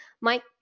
Mike